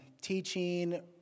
teaching